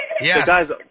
Yes